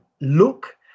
look